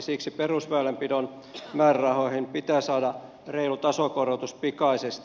siksi perusväylänpidon määrärahoihin pitää saada reilu tasokorotus pikaisesti